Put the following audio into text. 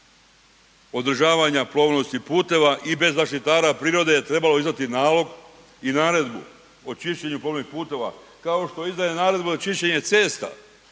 održavanja plovnosti puteva i bez zaštitara prirode trebalo izdati nalog i naredbu o čišćenju plovnih puteva kao što izdaje naredbu za čišćenje cesta